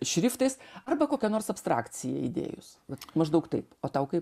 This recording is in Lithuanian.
šriftais arba kokia nors abstrakciją įdėjus vat maždaug taip o tau kaip